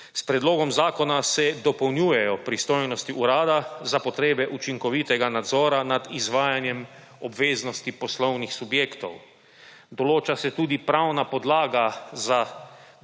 S predlogom zakona se dopolnjujejo pristojnosti Urada za potrebe učinkovitega nadzora nad izvajanjem obveznosti poslovnih subjektov. Določa se tudi pravna podlaga za